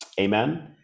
amen